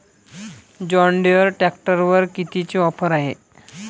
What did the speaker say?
John Deere ट्रॅक्टरवर कितीची offer हाये?